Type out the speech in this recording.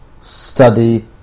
study